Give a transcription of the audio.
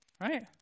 Right